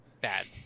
bad